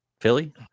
Philly